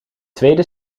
tweede